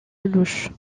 lellouche